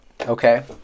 Okay